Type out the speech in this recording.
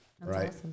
Right